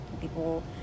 People